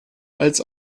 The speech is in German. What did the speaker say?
als